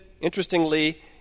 interestingly